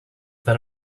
that